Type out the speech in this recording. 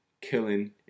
killing